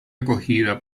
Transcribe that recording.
acogida